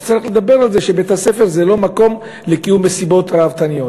שצריך לדבר על זה שבית-הספר זה לא מקום לקיום מסיבות ראוותניות.